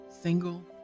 single